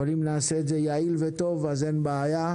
אבל אם נעשה את זה יעיל וטוב אז אין בעיה.